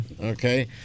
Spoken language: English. Okay